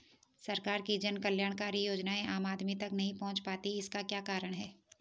सरकार की जन कल्याणकारी योजनाएँ आम आदमी तक नहीं पहुंच पाती हैं इसका क्या कारण है?